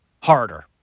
harder